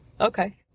Okay